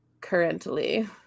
currently